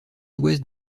ouest